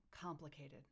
complicated